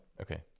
Okay